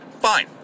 Fine